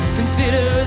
consider